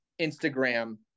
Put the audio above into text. Instagram